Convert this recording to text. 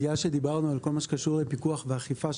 בגלל שדיברנו על כל מה שקשור לפיקוח ואכיפה,